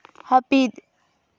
ᱦᱟᱹᱯᱤᱫ